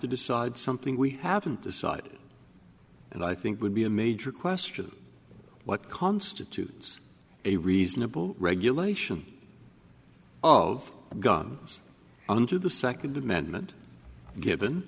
to decide something we haven't decided and i think would be a major question what constitutes a reasonable regulation oh gods under the second amendment given